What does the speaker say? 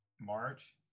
March